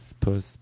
puss